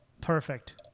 perfect